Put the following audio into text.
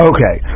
Okay